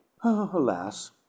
alas